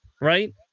right